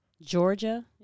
Georgia